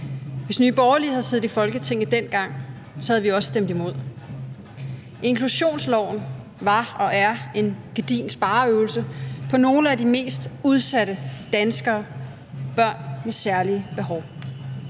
Hvis Nye Borgerlige havde siddet i Folketinget dengang, havde vi også stemt imod. Inklusionsloven var og er en gedigen spareøvelse på nogle af de mest udsatte danskere, børn med særlige behov.